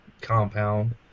compound